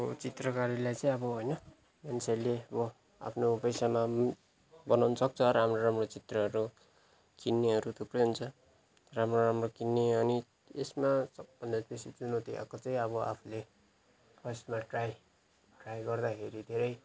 अब चित्रकारीलाई चाहिँ अब होइन मान्छेले अब आफ्नो पेसा पनि बनाउनुसक्छ राम्रो राम्रो चित्रहरू किन्नेहरू थुप्रै हुन्छ राम्रो राम्रो किन्ने अनि यसमा सबभन्दा बेसी चुनौती आएको चाहिँ अब आफूले फर्स्टमा ट्राई ट्राई गर्दाखेरि चाहिँ